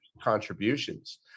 contributions